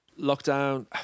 lockdown